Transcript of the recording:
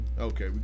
okay